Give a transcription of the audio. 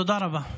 תודה רבה.